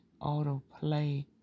autoplay